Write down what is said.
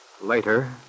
Later